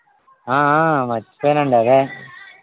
మర్చిపోయానండి అదే